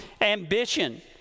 ambition